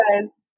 guys